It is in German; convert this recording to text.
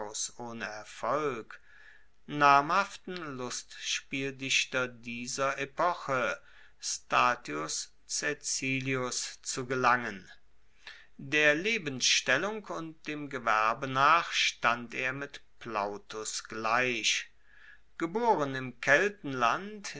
ohne erfolg namhaften lustspieldichter dieser epoche statius caecilius zu gelangen der lebensstellung und dem gewerbe nach stand er mit plautus gleich geboren